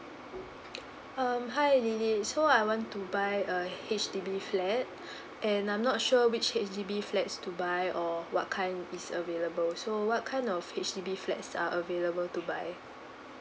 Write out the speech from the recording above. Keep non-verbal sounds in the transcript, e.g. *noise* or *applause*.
um hi lily so I want to buy a H_D_B flat *breath* and I'm not sure which H_D_B flats to buy or what kind is available so what kind of H_D_B flats are available to buy